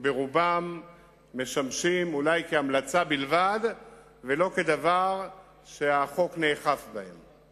ברובם משמשים אולי כהמלצה בלבד ולא כדבר שהחוק נאכף בו.